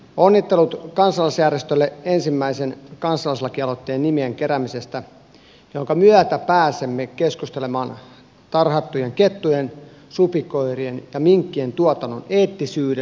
onnittelut kansalaisjärjestölle ensimmäisen kansalaislakialoitteen nimien keräämisestä jonka myötä pääsemme keskustelemaan tarhattujen kettujen supikoirien ja minkkien tuotannon eettisyydestä sekä elinkeinon harjoittamisen oikeudesta